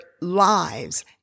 lives